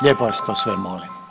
Lijepo vas to sve molim.